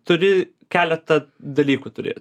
turi keletą dalykų turėt